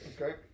Okay